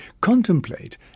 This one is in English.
Contemplate